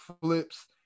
flips